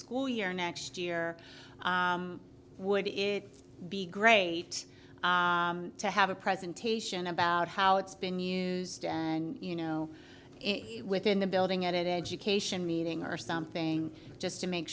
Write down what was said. school year next year would it be great to have a presentation about how it's been used you know within the building at education meeting or something just to make